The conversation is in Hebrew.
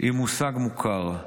היא מושג מוכר.